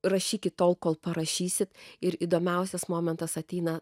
rašykit tol kol parašysit ir įdomiausias momentas ateina